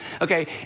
Okay